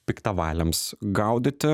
piktavaliams gaudyti